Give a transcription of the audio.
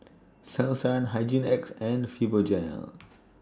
Selsun Hygin X and Fibogel